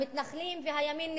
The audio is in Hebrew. המתנחלים והימין,